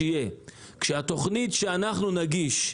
הוא אם התוכנית שאנחנו נגיש,